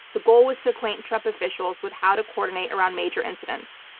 the goal was to acquaint trump officials with how to coordinate around major incidents.